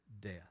death